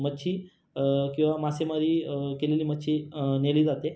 मच्छी किंवा मासेमारी केलेली मच्छी नेली जाते